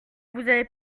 avez